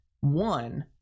one